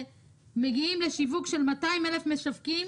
שמגיעים לשיווק של 200 משווקים,